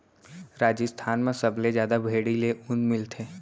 राजिस्थान म सबले जादा भेड़ी ले ऊन मिलथे